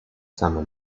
summer